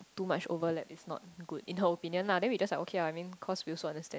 too much overlap is not good in her opinion lah then we just like okay ah I mean cause we also understand